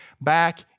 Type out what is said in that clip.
back